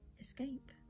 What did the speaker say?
Escape